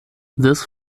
this